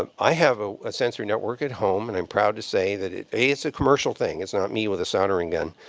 um i have ah a sensored network at home. and i'm proud to say it's a it's a commercial thing. it's not me with a soldering gun.